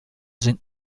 sind